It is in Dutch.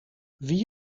wie